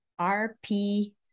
RP